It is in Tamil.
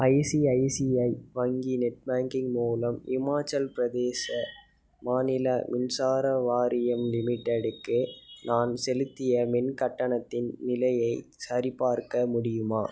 ஐசிஐசிஐ வங்கி நெட் பேங்கிங் மூலம் இமாச்சல் பிரதேச மாநில மின்சார வாரியம் லிமிடெட்டுக்கு நான் செலுத்திய மின் கட்டணத்தின் நிலையைச் சரிப்பார்க்க முடியுமா